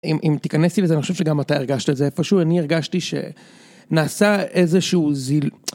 אם תיכנס איתי לזה, אני חושב שגם אתה הרגשת את זה איפשהו .אני הרגשתי שנעשה איזשהו